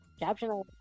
Caption